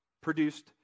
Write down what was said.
produced